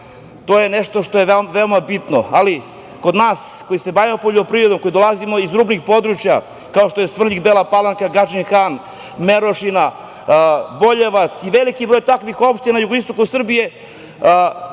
to je nešto što je veoma bitno. Ali, kod nas koji se bavimo poljoprivredom koji dolazimo iz područja, kao što je Svrljig, Bela Palanka, Gadžin Han, Merošina, Boljevac i veliki broj takvih opština na jugoistoku Srbije,